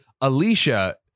alicia